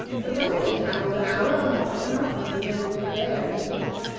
but when they had travelled an hour or more, the mountains began to look bare and bleak,